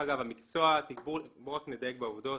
בוא רק נדייק בעובדות.